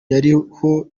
yariho